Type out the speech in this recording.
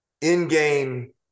in-game